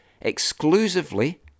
exclusively